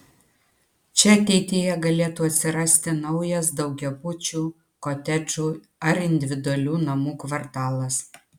čia ateityje galėtų atsirasti naujas daugiabučių kotedžų ar individualių namų kvartalas